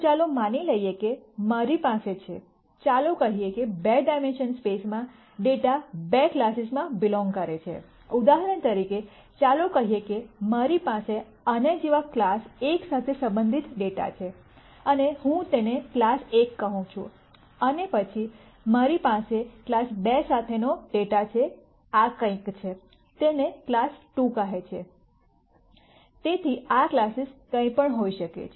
તો ચાલો માની લઈએ કે મારી પાસે છે ચાલો કહીએ બે ડાયમેન્શનલ સ્પેસમાં ડેટા બે ક્લાસીસમાં બીલોન્ગ કરે છે ઉદાહરણ તરીકે ચાલો કહીએ કે મારી પાસે આના જેવા ક્લાસ એક સાથે સંબંધિત ડેટા છે અને હું તેને ક્લાસ એક કહું છું અને પછી મારી પાસે ક્લાસ બે સાથેનો ડેટા છે આ કંઈક છે તેને ક્લાસ 2 કહે છે તેથી આ ક્લાસીસ કંઈપણ હોઈ શકે છે